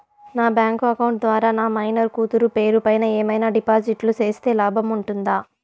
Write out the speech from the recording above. నా bank account ద్వారా నా మైనర్ కూతురు పేరు పైన ఏమన్నా డిపాజిట్లు సేస్తే లాభం ఉంటుందా?